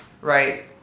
right